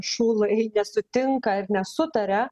šulai nesutinka ir nesutaria